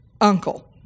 uncle